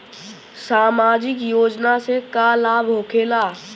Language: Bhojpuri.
समाजिक योजना से का लाभ होखेला?